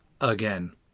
again